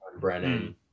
brennan